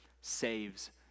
saves